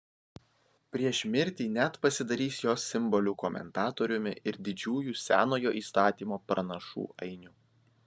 prieš mirtį net pasidarys jos simbolių komentatoriumi ir didžiųjų senojo įstatymo pranašų ainiu